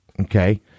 Okay